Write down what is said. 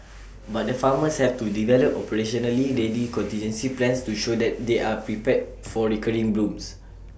but the farmers have to develop operationally ready contingency plans to show that they are prepared for recurring blooms